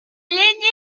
llenya